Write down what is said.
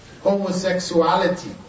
homosexuality